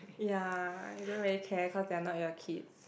ya you don't really care cause they're not your kids